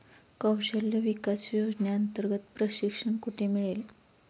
कौशल्य विकास योजनेअंतर्गत प्रशिक्षण कुठे मिळेल?